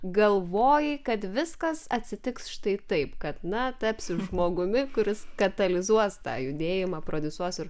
galvojai kad viskas atsitiks štai taip kad na tapsi žmogumi kuris katalizuos tą judėjimą prodiusuos ir